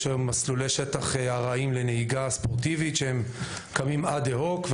יש היום מסלולי שטח ארעיים לנהיגה ספורטיבית שהם קמים אד הוק,